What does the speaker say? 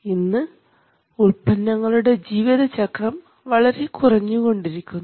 ഇന്ന് ഉത്പന്നങ്ങളുടെ ജീവിതചക്രം വളരെ കുറഞ്ഞു കൊണ്ടിരിക്കുന്നു